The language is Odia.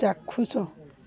ଚାକ୍ଷୁଷ